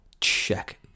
check